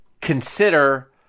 consider